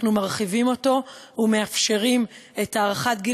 אנחנו מרחיבים אותו ומאפשרים את דחיית גיל